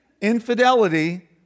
Infidelity